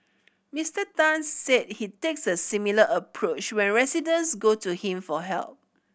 Mister Tan said he takes a similar approach when residents go to him for help